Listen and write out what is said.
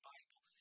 Bible